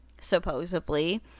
supposedly